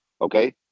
okay